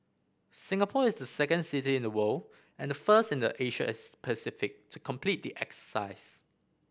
Singapore is the second city in the world and the first in the Asia Pacific to complete the